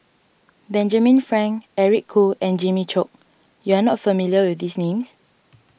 Benjamin Frank Eric Khoo and Jimmy Chok you are not familiar with these names